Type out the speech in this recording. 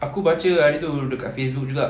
aku baca hari tu kat facebook juga